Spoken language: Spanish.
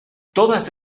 todas